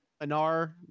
Anar